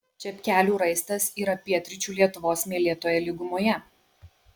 čepkelių raistas yra pietryčių lietuvos smėlėtoje lygumoje